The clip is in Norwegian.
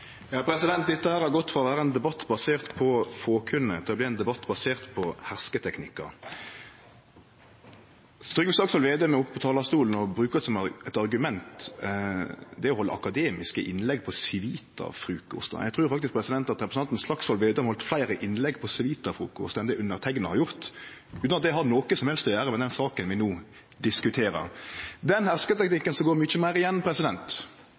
Dette har gått frå å vere ein debatt basert på fåkunne til å bli ein debatt basert på hersketeknikkar. Trygve Slagsvold Vedum er oppe på talarstolen og brukar som eit argument det å halde akademiske innlegg på Civita-frukostar. Eg trur faktisk at representanten Slagsvold Vedum har halde fleire innlegg på Civita-frukostar enn underteikna har gjort – utan at det har noko som helst å gjere med den saka vi no diskuterer. Den hersketeknikken som går igjen mykje meir,